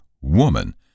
Woman